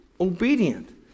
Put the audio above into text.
obedient